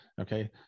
Okay